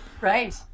right